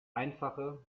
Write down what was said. einfache